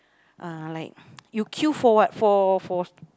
uh like you queue for what for for